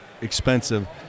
Expensive